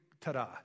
ta-da